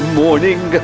morning